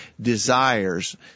desires